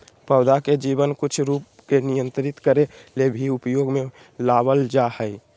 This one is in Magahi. पौधा के जीवन कुछ रूप के नियंत्रित करे ले भी उपयोग में लाबल जा हइ